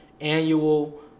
annual